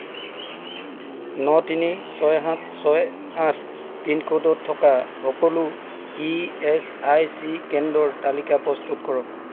ন তিনি ছয় সাত ছয় আঠ পিনক'ডত থকা সকলো ইএচআইচি কেন্দ্ৰৰ তালিকা প্ৰস্তুত কৰক